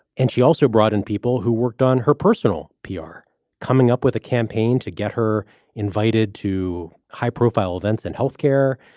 and she also brought in people who worked on her personal pr coming up with a campaign to get her invited to high profile events and health care,